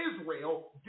Israel